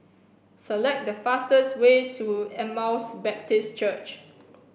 select the fastest way to Emmaus Baptist Church